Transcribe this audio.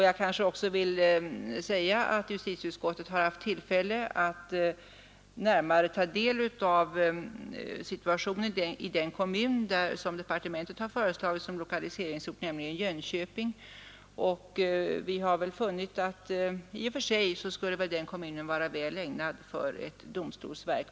fag vill också säga att justitieutskottet har haft tillfälle att närmare ta del av situationen i den kommun som departementet har föreslagit som lokaliseringsort, nämligen Jönköping, och vi har funnit att den kommunen i och för sig skulle vara väl lämpad för ett domstolsverk.